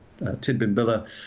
Tidbinbilla